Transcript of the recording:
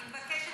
אני מבקשת